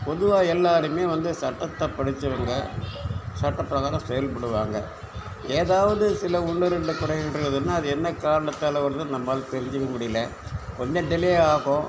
பொதுவாக எல்லாருமே வந்து சட்டத்தை படிச்சவங்க சட்டப் பிரகாரம் செயல்படுவாங்கள் ஏதாவது சில ஒன்று ரெண்டு குறைகள் இருந்தால் அது என்ன காரணத்தாலே வருதுன்னு நம்மால் தெரிஞ்சுக்க முடியலை கொஞ்சம் டிலே ஆகும்